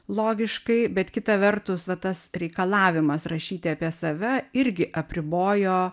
logiškai bet kita vertus va tas reikalavimas rašyti apie save irgi apribojo